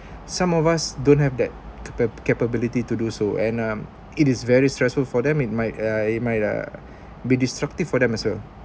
some of us don't have that capa~ capability to do so and um it is very stressful for them it might uh might uh be destructive for them as well